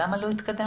למה לא התקדמנו?